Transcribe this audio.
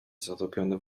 zatopiony